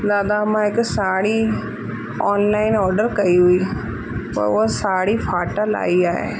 दादा मां हिकु साड़ी ऑन लाइन ऑर्डर कई हुई पर हुअ साड़ी फाटल आई आहे